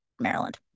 Maryland